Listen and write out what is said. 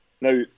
Now